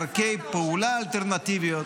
דרכי פעולה אלטרנטיביות.